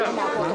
העניין.